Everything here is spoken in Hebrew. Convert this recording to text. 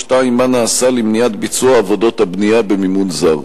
2. מה נעשה למניעת ביצוע עבודות הבנייה במימון זר?